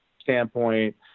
standpoint